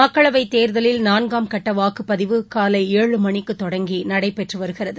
மக்களவைத் தேர்தலில் நான்காம் கட்டவாக்குப்பதிவு காலை ஏழு மணிக்குதொடங்கிநடைபெற்றுவருகிறது